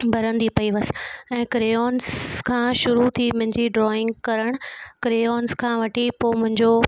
भरंदी पईवस ऐं क्रेयॉन्स खां शुरू थी मुंहिंजी ड्रॉइंग करण क्रेयॉन्स खां वठी पोइ मुंहिंजो